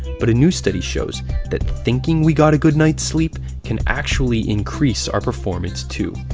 but a new study shows that thinking we got a good night's sleep can actually increase our performance too.